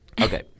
Okay